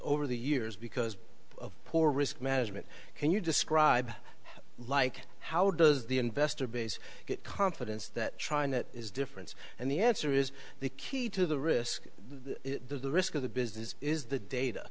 over the years because of poor risk management can you describe like how does the investor base get confidence that china is different and the answer is the key to the risk the risk of the business is the data